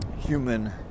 human